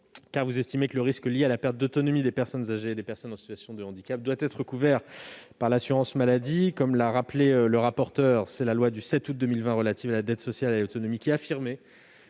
car vous estimez que le risque lié à la perte d'autonomie des personnes âgées et des personnes en situation de handicap doit être couvert par l'assurance maladie. Comme l'a rappelé le rapporteur, la loi du 7 août 2020 relative à la dette sociale et à l'autonomie a affirmé